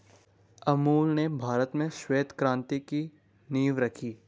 अमूल ने भारत में श्वेत क्रान्ति की नींव रखी